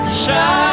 shine